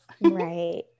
Right